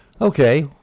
Okay